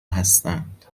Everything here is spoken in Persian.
هستند